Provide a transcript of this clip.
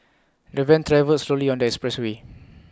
the van travelled slowly on the expressway